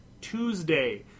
Tuesday